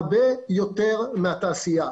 הרבה יותר מהתעשייה.